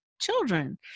children